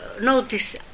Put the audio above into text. notice